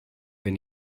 wenn